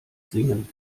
singen